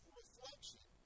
reflection